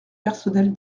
personnel